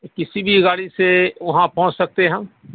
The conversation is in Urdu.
کسی بھی گاڑی سے وہاں پہنچ سکتے ہیں ہم